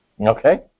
Okay